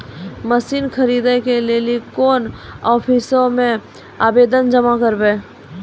Machine खरीदै के लेली कोन आफिसों मे आवेदन जमा करवै?